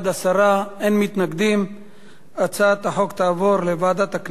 ההצעה להעביר את הצעת חוק משכן הכנסת,